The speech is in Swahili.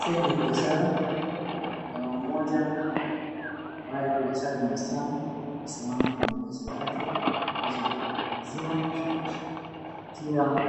Sehemu ya biashara, jamaa ambaye bila shaka ni msichana amesimama kwenye biashara yake ya kuuza maziwa akiwa